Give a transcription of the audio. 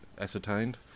ascertained